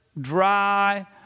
dry